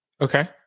Okay